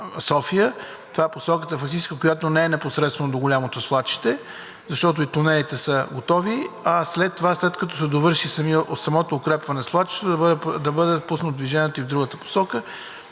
това е посоката фактически, която не е непосредствено до голямото свлачище. И тунелите са готови. А след като се довърши самото укрепване на свлачището, да бъде пуснато движението и в другата посока.